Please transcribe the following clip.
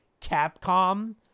Capcom